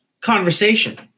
conversation